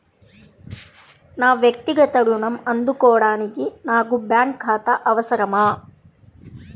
నా వక్తిగత ఋణం అందుకోడానికి నాకు బ్యాంక్ ఖాతా అవసరమా?